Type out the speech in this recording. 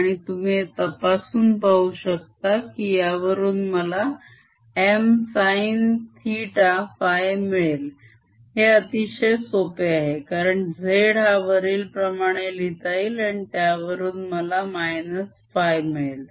आणि तुम्ही हे तपासून पाहू शकता कि यावरून मला M sinθφ मिळेल हे अतिशय सोपे आहे कारण z हा वरील प्रमाणे लिहिता येईल आणि त्यावरून मला -φ मिळेल